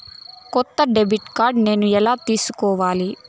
కొత్త debit card నేను ఎలా తీసుకోవాలి?